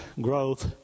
growth